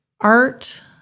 art